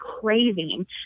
craving